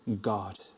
God